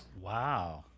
Wow